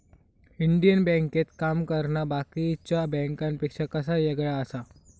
Indian बँकेत काम करना बाकीच्या बँकांपेक्षा कसा येगळा आसा?